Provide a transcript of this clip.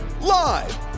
Live